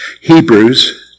Hebrews